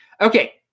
Okay